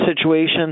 situation